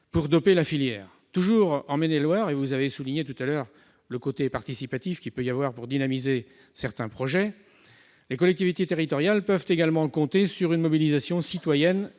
pour doper la filière ? Toujours en Maine-et-Loire- vous avez souligné tout à l'heure l'importance du côté participatif pour dynamiser certains projets -, les collectivités territoriales peuvent également compter sur une mobilisation citoyenne